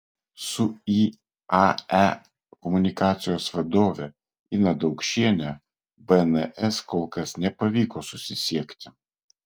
su iae komunikacijos vadove ina daukšiene bns kol kas nepavyko susisiekti